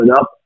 up